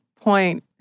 point